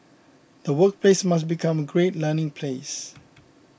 the workplace must become a great learning place